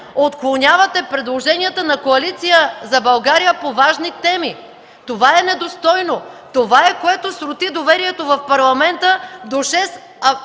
отклонявате предложенията на Коалиция за България по важни теми?! Това е недостойно! Това срути доверието в Парламента до шест,